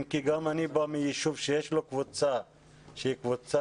אם כי גם אני בא מיישוב שיש לו קבוצה שהיא קבוצה